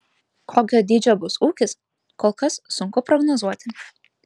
kokio dydžio bus ūkis kol kas sunku prognozuoti